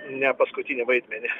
ne paskutinį vaidmenį